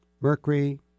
Mercury